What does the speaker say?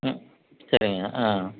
ம் சரிங்க ஆ